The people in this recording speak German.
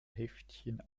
heftchen